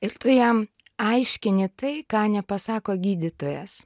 ir tu jam aiškini tai ką nepasako gydytojas